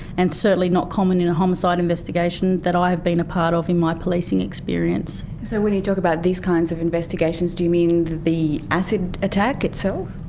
and certainly not common in a homicide investigation that i've been a part of in my policing experience. so when you talk about these kinds of investigations, to you mean the acid attack itself?